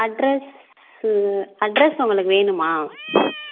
address address உங்களுக்கு வேணுமா